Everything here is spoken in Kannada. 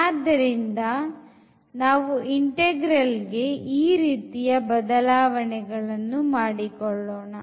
ಆದ್ದರಿಂದ ನಾವು ಇಂಟೆಗ್ರಲ್ ಗೆ ಈ ರೀತಿಯ ಬದಲಾವಣೆಯಗಳನ್ನು ಮಾಡಿಕೊಳ್ಳೋಣ